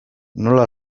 nola